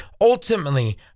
ultimately